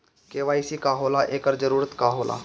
KYC का होला एकर जरूरत का होला?